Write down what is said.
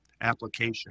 application